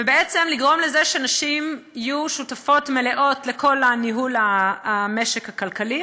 ובעצם יש לגרום לזה שנשים יהיו שותפות מלאות לכל ניהול המשק הכלכלי.